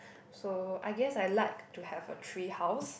so I guess I like to have a treehouse